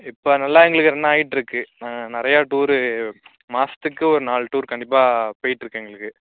இப்போ நல்லா எங்களுக்கு ரன் ஆயிட்யிருக்கு நாங்கள் நிறையா டூரு மாதத்துக்கு ஒரு நாலு டூர் கண்டிப்பாக போயிட்யிருக்கு எங்களுக்கு